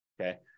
okay